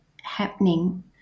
happening